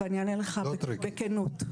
לך בכנות.